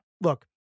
Look